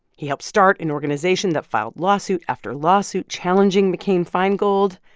he helped start an organization that filed lawsuit after lawsuit challenging mccain-feingold.